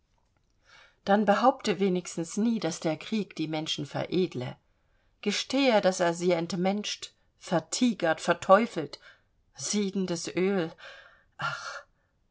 dann behaupte wenigstens nie daß der krieg die menschen veredle gestehe daß er sie entmenscht vertigert verteufelt siedendes öl ach